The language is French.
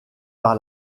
par